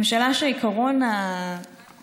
ממשלה שאת העיקרון הבסיסי,